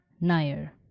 Nair